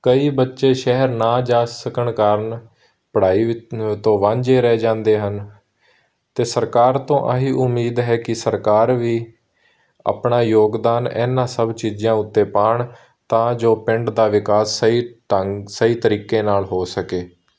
ਕਈ ਬੱਚੇ ਸ਼ਹਿਰ ਨਾ ਜਾ ਸਕਣ ਕਾਰਨ ਪੜ੍ਹਾਈ ਤੋਂ ਵਾਂਝੇ ਰਹਿ ਜਾਂਦੇ ਹਨ ਅਤੇ ਸਰਕਾਰ ਤੋਂ ਆਹੀ ਉਮੀਦ ਹੈ ਕਿ ਸਰਕਾਰ ਵੀ ਆਪਣਾ ਯੋਗਦਾਨ ਇਹਨਾਂ ਸਭ ਚੀਜ਼ਾਂ ਉੱਤੇ ਪਾਉਣ ਤਾਂ ਜੋ ਪਿੰਡ ਦਾ ਵਿਕਾਸ ਸਹੀ ਢੰਗ ਸਹੀ ਤਰੀਕੇ ਨਾਲ ਹੋ ਸਕੇ